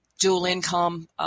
dual-income